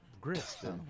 grist